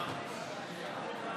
הכנסת,